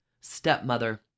stepmother